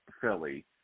Philly